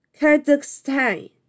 Kazakhstan